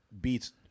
beats